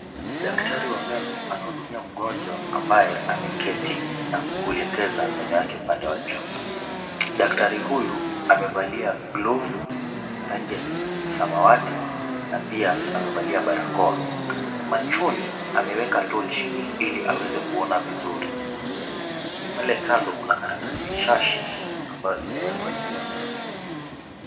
Daktari wa meno anahudumia mgonjwa ambaye ameketi na kuelekeza meno yake upande wa juu. Daktari huyu amevalia glovu ya rangi ya samawati na pia amevalia barakoa. Machoni ameweka tochi ili aweze kuona vizuri. Pale kando kuna karatasi shashi ambayo imewekwa juu ya meza.